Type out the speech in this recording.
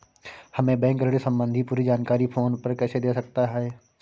हमें बैंक ऋण संबंधी पूरी जानकारी फोन पर कैसे दे सकता है?